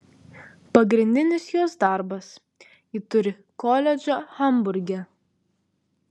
pagrindinis jos darbas ji turi koledžą hamburge